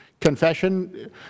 confession